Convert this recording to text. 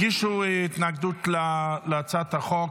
הגישו התנגדות להצעת החוק.